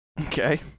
Okay